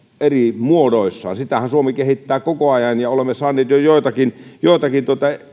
eri muodoissaan sitähän suomi kehittää koko ajan olemme saaneet jo jo joitakin joitakin